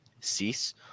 Cease